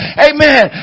Amen